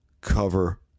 cover